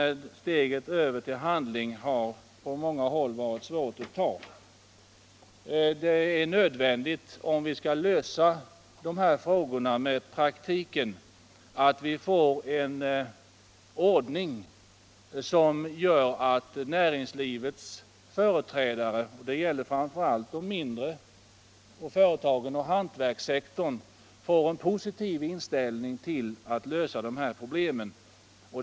men steget över till handling har för många varit svårt att ta. Om vi skall kunna lösa praktikproblemet är det nödvändigt att näringslivets företrädare — och det gäller framför allt de mindre företagen och hantverkssektorn — får en positiv inställning till att pro Nr 102 blemet löses.